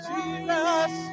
Jesus